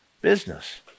business